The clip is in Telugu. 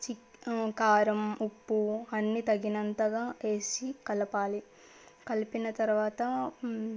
చి కారం ఉప్పు అన్నీ తగినంతగా వేసి కలపాలి కలిపిన తరువాత